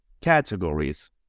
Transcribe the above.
categories